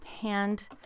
hand